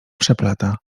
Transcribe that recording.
przeplata